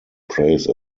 praise